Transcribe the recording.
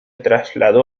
trasladó